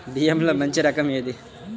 బియ్యంలో మంచి రకం ఏది?